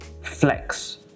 flex